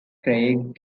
craig